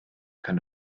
kann